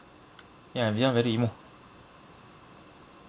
ya become very emo